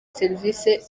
serivisi